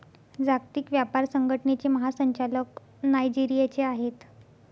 जागतिक व्यापार संघटनेचे महासंचालक नायजेरियाचे आहेत